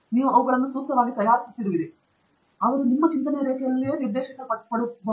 ನೀವು ಅವುಗಳನ್ನು ಸೂಕ್ತವಾಗಿ ತಯಾರಿಸುತ್ತಿರುವಿರಿ ಆದ್ದರಿಂದ ಅವರು ನಿಮ್ಮ ಚಿಂತನೆಯ ರೇಖೆಯಲ್ಲಿ ನಿರ್ದೇಶಿಸಲ್ಪಡುತ್ತಾರೆ